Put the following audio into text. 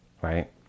Right